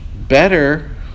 better